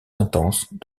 intenses